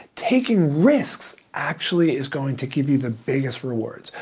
taking risks actually is going to give you the biggest rewards.